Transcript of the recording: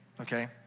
okay